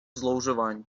зловживань